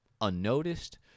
unnoticed